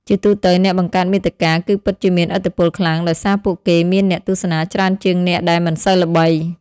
ជាទូទៅអ្នកបង្កើតមាតិកាគឺពិតជាមានឥទ្ធិពលខ្លាំងដោយសារពួកគេមានអ្នកទស្សនាច្រើនជាងអ្នកដែលមិនសូវល្បី។